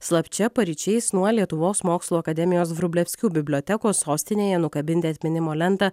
slapčia paryčiais nuo lietuvos mokslų akademijos vrublevskių bibliotekos sostinėje nukabinti atminimo lentą